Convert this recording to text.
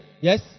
Yes